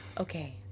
okay